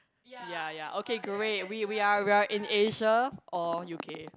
ya ya okay great we we are we're in Asia or U_K